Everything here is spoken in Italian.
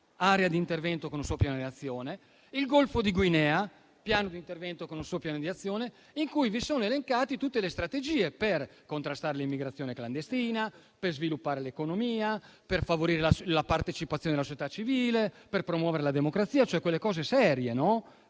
area di intervento con un suo piano di azione; il Golfo di Guinea, area di intervento con un suo piano di azione. In essa sono elencate tutte le strategie per contrastare l'immigrazione clandestina, per sviluppare l'economia, per favorire la partecipazione della società civile, per promuovere la democrazia, cioè quelle cose serie che